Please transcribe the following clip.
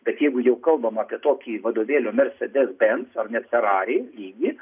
bet jeigu jau kalbam apie tokį vadovėlio mersedes bens ar net ferari lygį